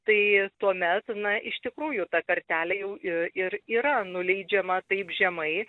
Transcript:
tai tuomet na iš tikrųjų ta kartelė jau ir yra nuleidžiama taip žemai